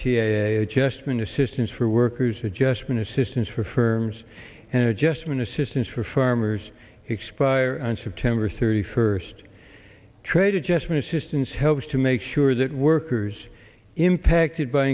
up a adjustment assistance for workers adjustment assistance for firms and adjustment assistance for farmers expire and september thirty first trade adjustment assistance helps to make sure that workers impacted by